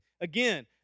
again